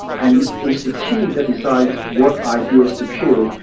and it's the team that decides what ideas to cure,